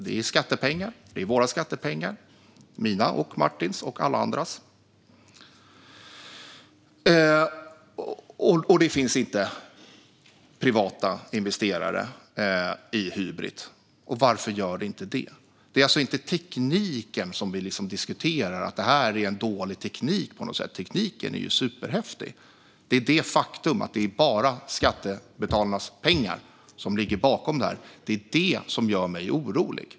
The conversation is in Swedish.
Det är våra skattepengar - mina, Martins och alla andras. Det finns inte privata investerare i Hybrit. Och varför gör det inte det? Vi diskuterar alltså inte att det här på något sätt skulle vara en dålig teknik. Tekniken är ju superhäftig. Det är det faktum att det bara är skattebetalarnas pengar som ligger bakom detta som gör mig orolig.